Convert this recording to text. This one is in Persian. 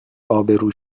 ابرو